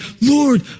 Lord